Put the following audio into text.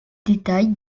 détails